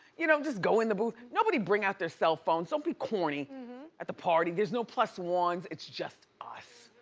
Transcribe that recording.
you know, just go in the booth. nobody bring out their cell phones, don't be corny at the party. there's no plus ones, it's just us.